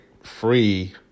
free